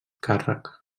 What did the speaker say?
càrrec